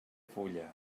fulla